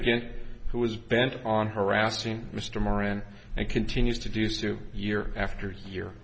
litigant who is bent on harassing mr moran and continues to do sue year after year